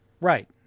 Right